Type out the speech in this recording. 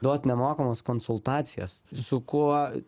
duot nemokamas konsultacijas su kuo